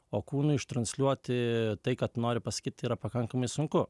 o kūnui iš transliuoti tai kad nori pasakyt tai yra pakankamai sunku